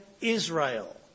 Israel